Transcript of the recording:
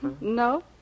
No